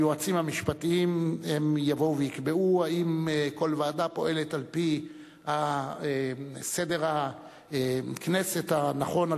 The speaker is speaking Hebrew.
היועצים המשפטיים יבואו ויקבעו אם כל ועדה פועלת על-פי סדר הכנסת הנכון,